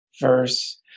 verse